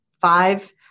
five